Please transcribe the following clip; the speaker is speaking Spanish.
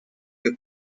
que